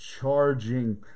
charging